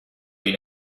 been